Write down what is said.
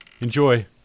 Enjoy